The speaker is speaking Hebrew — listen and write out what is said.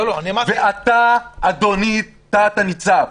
ואתה אדוני תת הניצב,